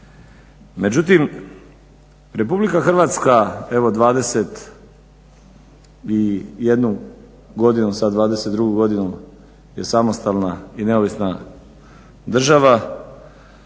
Međutim, Republika Hrvatska evo 21 godinu, sad 22 godinu je samostalna i neovisna država,